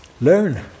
Learn